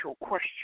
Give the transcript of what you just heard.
question